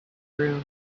through